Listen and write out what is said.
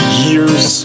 years